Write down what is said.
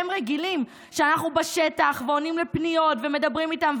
הם רגילים שאנחנו בשטח ועונים על פניות ומדברים איתם,